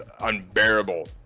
unbearable